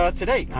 today